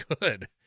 good